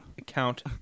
account